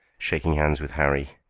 shaking hands with harry.